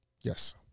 Yes